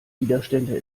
widerstände